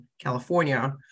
California